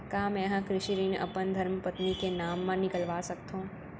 का मैं ह कृषि ऋण अपन धर्मपत्नी के नाम मा निकलवा सकथो?